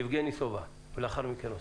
יבגני סובה, בבקשה, ולאחר מכן אוסנת.